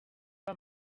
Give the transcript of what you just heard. aba